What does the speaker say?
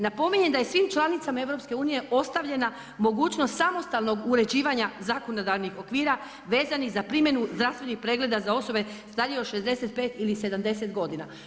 Napominjem da je svim članicama EU ostavljena mogućnost samostalnog uređivanja zakonodavnih okvira vezanih za primjenu zdravstvenih pregleda za osobe za starije od 65 ili 70 godina.